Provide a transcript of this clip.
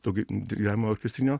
tokį dirigavimo orkestrinio